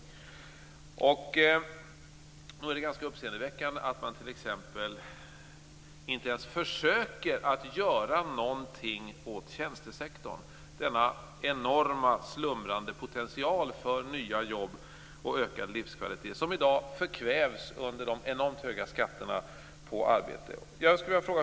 Nog är det ganska uppseendeväckande att man t.ex. inte ens försöker att göra någonting åt tjänstesektorn, denna enorma slumrande potential för nya jobb och ökad livskvalitet som i dag förkvävs under de enormt höga skatterna på arbete.